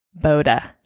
Boda